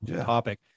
topic